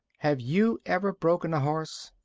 have you ever broken a horse?